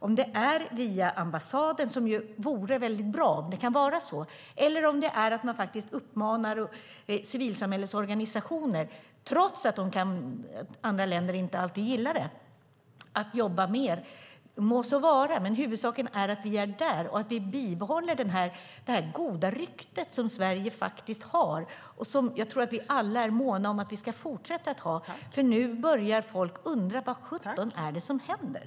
Om det sker via ambassaden, vilket vore mycket bra, eller om man uppmanar civilsamhällets organisationer att jobba mer, även om alla länder inte alltid gillar det, må så vara. Men huvudsaken är att vi är där och att vi bibehåller det goda rykte som Sverige faktiskt har och som jag tror att vi alla är måna om att vi ska fortsätta att ha. Nu börjar folk undra: Vad sjutton är det som händer?